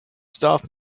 staff